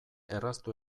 erraztu